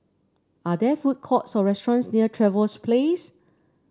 are there food courts or restaurants near Trevose Place